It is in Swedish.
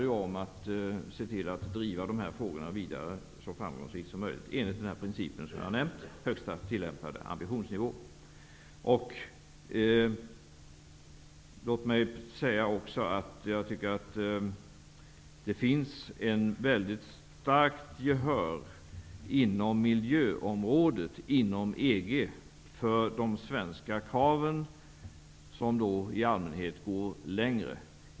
Det handlar om att driva dessa frågor vidare så framgångsrikt som möjligt enligt den princip som jag har nämnt, om högsta tillämpade ambitionsnivå. Låt mig också säga att jag tycker att det inom EG finns ett starkt gehör för de svenska kraven inom miljöområdet, vilka i allmänhet är mera långtgående.